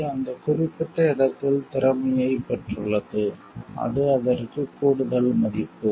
அது அந்த குறிப்பிட்ட இடத்தில் திறமையைப் பெற்றுள்ளது அது அதற்கு கூடுதல் மதிப்பு